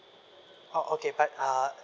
oh okay but uh